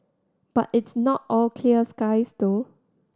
but it's not all clear skies though